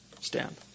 stand